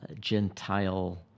Gentile